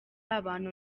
abantu